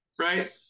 Right